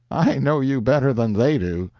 i know you better then they do.